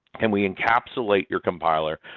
and we encapsulate your compiler.